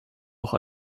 auch